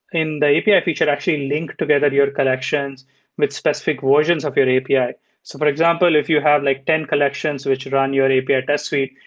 in the api feature, actually link together your collections with specific versions of your api. for ah so but example, if you have like ten collections which run your api ah test suite,